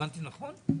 הבנתי נכון?